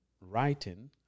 Writing